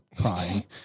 crying